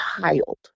child